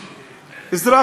אזרח מדינת ישראל.